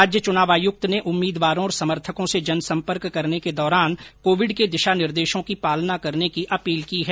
राज्य चुनाव आयुक्त ने उम्मीदवारों और समर्थकों से जनसंपर्क करने के दौरान कोविड के दिशा निर्देशों की पालना करने की अपील की है